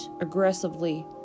aggressively